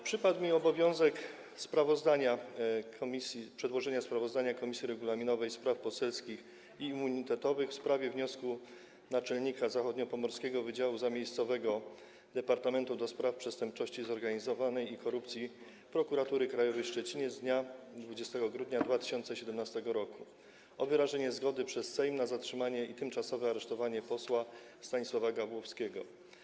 Przypadł mi obowiązek przedłożenia sprawozdania Komisji Regulaminowej, Spraw Poselskich i Immunitetowych w sprawie wniosku naczelnika Zachodniopomorskiego Wydziału Zamiejscowego Departamentu do Spraw Przestępczości Zorganizowanej i Korupcji Prokuratury Krajowej w Szczecinie z dnia 20 grudnia 2017 r. o wyrażenie zgody przez Sejm na zatrzymanie i tymczasowe aresztowanie posła Stanisława Gawłowskiego.